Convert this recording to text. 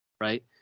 right